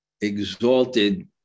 exalted